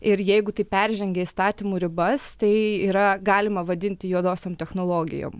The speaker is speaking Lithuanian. ir jeigu tai peržengia įstatymų ribas tai yra galima vadinti juodosiom technologijom